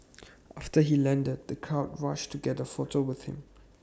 after he landed the crowds rushed to get A photo with him